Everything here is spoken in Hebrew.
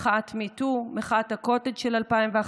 מחאת MeToo, מחאת הקוטג' של 2011,